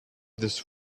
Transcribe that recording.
this